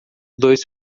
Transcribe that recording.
dois